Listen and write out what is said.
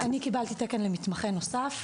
אני קיבלתי תקן למתמחה נוסף.